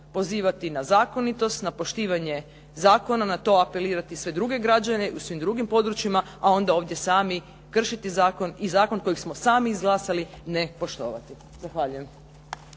pozivati na zakonitost, na poštivanje zakona, na to apelirati sve druge građane i u svim drugim područjima a onda ovdje sami kršiti zakon i zakon koji smo sami izglasali ne poštovati. Zahvaljujem.